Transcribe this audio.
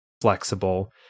flexible